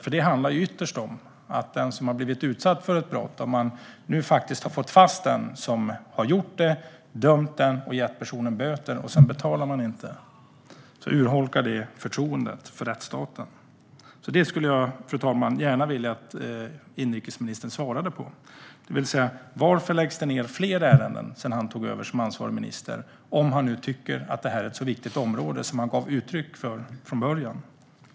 Om man nu faktiskt har fått fast den som har begått brottet, dömt personen i fråga och gett personen böter och personen sedan inte betalar, då urholkas förtroendet för rättsstaten. Detta, fru ålderspresident, vill jag gärna att inrikesministern svarar på. Varför läggs det ned fler ärenden sedan han tog över som ansvarig minister, om han nu tycker att det här är ett så viktigt område som han gav uttryck för från början?